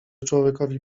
człowiekowi